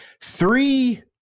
three